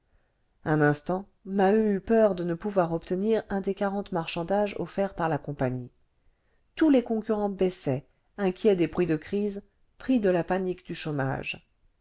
un instant maheu eut peur de ne pouvoir obtenir un des quarante marchandages offerts par la compagnie tous les concurrents baissaient inquiets des bruits de crise pris de la panique du chômage